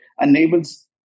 enables